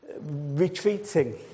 Retreating